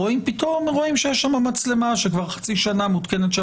רואים פתאום שיש שם מצלמה שכבר חצי שנה מותקנת,